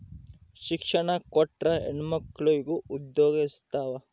ಶಿಕ್ಷಣ ಕೊಟ್ರ ಹೆಣ್ಮಕ್ಳು ಉದ್ಯೋಗ ಹೆಚ್ಚುತಾವ